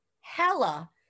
hella